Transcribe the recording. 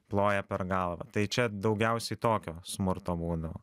ploja per galvą tai čia daugiausiai tokio smurto būdavo